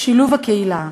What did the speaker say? שילוב הקהילה,